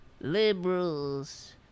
liberals